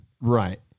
Right